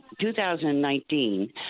2019